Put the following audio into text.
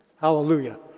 Hallelujah